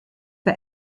for